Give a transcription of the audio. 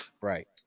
right